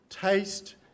taste